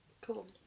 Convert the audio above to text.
Cool